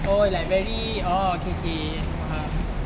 oh like very oh K K aku faham